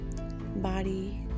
body